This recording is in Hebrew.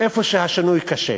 במקום שהשינוי קשה.